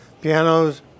pianos